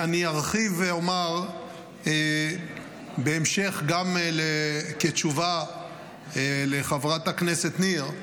אני ארחיב ואומר בהמשך גם כתשובה לחברת הכנסת ניר,